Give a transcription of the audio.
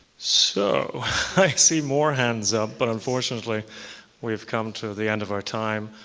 so i see more hands up, but unfortunately we've come to the end of our time.